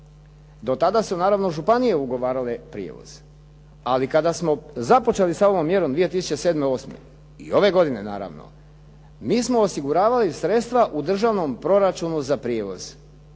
Do tada su naravno županije ugovarale prijevoz, ali kada smo započeli sa ovom mjerom 2007., 2008. i ove godine naravno mi smo osiguravali sredstva u državnom proračunu za prijevoz